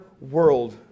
world